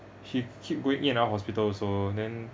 she keep going in and out hospital also then